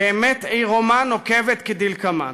כאמת עירומה ונוקבת כדלקמן: